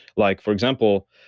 like for example,